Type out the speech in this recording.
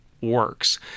works